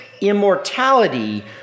immortality